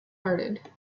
hearted